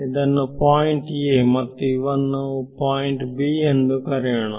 ಇದನ್ನು point a ಮತ್ತು ಇವನ್ನು ಪಾಯಿಂಟ್ b ಎಂದು ಕರೆಯೋಣ